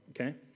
okay